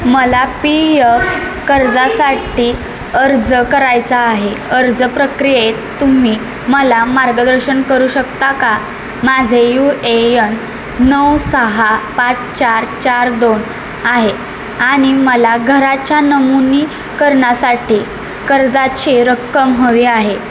मला P F कर्जासाठी अर्ज करायचा आहे अर्ज प्रक्रियेत तुम्ही मला मार्गदर्शन करू शकता का माझे यू ए यन नऊ सहा पाच चार चार दोन आहे आणि मला घराच्या नमूनीकरणासाठी कर्जाचे रक्कम हवे आहे